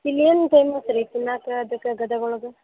ಇಲ್ಲೇನು ತಿನ್ನತ್ತೆ ರೀ ತಿನ್ನಾಕೆ ಅದಕ್ಕೆ ಗದಗ ಒಳಗೆ